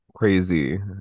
crazy